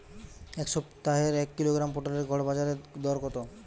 এ সপ্তাহের এক কিলোগ্রাম পটলের গড় বাজারে দর কত?